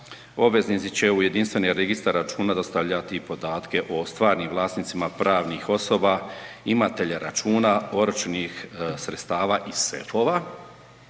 obveznici će u jedinstveni registar računa dostavljati i podatke o stvarnim vlasnicima pravnih osoba imatelja računa oročenih sredstava i sefova